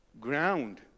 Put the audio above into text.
ground